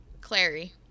Clary